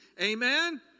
Amen